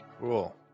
Cool